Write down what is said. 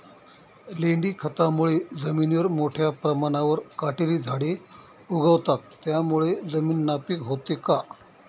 लेंडी खतामुळे जमिनीवर मोठ्या प्रमाणावर काटेरी झाडे उगवतात, त्यामुळे जमीन नापीक होते का?